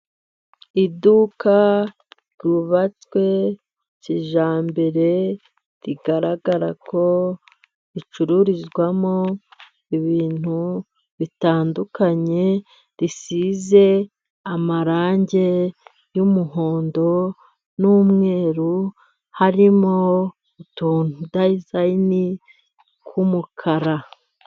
Iduka ryubatswe kijyambere， rigaragara ko ricururizwamo ibintu bitandukanye， risize amarangi y’umuhondo n'umweru， harimo utuntu utudazayini tw’umukara.